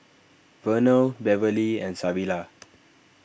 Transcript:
Vernell Beverlee and Savilla